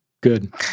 Good